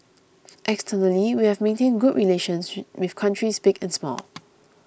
externally we have maintained good relations she with countries big and small